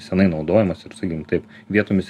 senai naudojamas ir sakykim taip vietomis